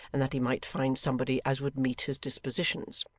and that he might find somebody as would meet his dispositions.